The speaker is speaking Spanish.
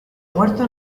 muerto